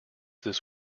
this